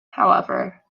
however